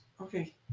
Okay